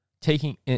taking